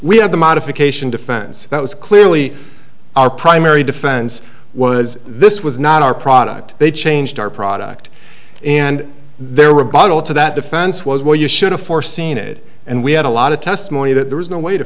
we had the modification defense that was clearly our primary defense was this was not our product they changed our product and there were bottle to that defense was well you should have foreseen it and we had a lot of testimony that there was no way to